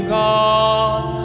god